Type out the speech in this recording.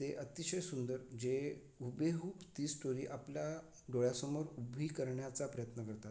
ते अतिशय सुंदर जे हुबेहूब ती स्टोरी आपल्या डोळ्यासमोर उभी करण्याचा प्रयत्न करतात